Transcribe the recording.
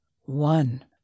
one